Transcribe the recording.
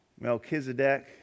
Melchizedek